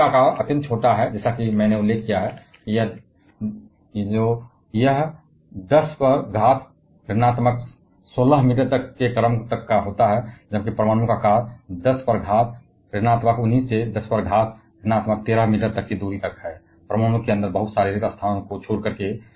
अब नाभिक का आकार बेहद छोटा है जैसा कि मैंने उल्लेख किया है कि यह 10 के क्रम से 16 मीटर की शक्ति तक है जबकि परमाणु का आकार 10 से लेकर माइनस 19 से 10 की शक्ति तक है 13 मीटर की दूरी पर परमाणु के अंदर बहुत सारे रिक्त स्थान छोड़कर